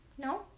No